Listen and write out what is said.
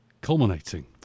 culminating